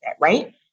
right